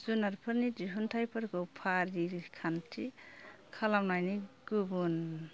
जुनातफोरनि दिहुनथाइफोरखौ फारिखान्थि खालामनायनि गुबुन